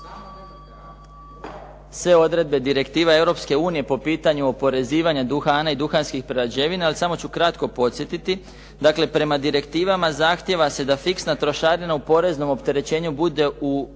sve odredbe direktiva Europske unije po pitanju oporezivanja duhana i duhanskih prerađevina. Ali samo ću kratko podsjetiti. Dakle, prema direktivama zahtjeva se da fiksna trošarina u poreznom opterećenju bude u